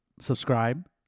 Subscribe